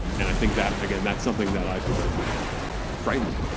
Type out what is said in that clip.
and i think that, again, that's something that i find frightening,